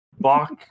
Bach